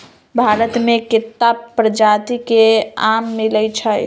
भारत मे केत्ता परजाति के आम मिलई छई